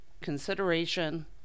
consideration